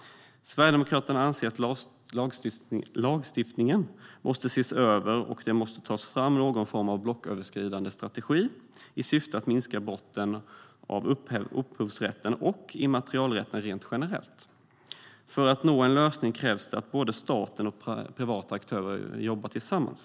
Sverigedemokraterna anser att lagstiftningen måste ses över, och det måste tas fram någon form av blocköverskridande strategi i syfte att minska brotten mot upphovsrätten och immaterialrätten rent generellt. För att man ska nå en lösning krävs det att både staten och privata aktörer jobbar tillsammans.